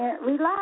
Relax